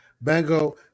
Bango